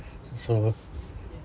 so